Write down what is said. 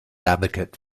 advocate